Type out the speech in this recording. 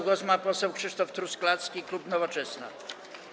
Głos ma poseł Krzysztof Truskolaski, klub Nowoczesna.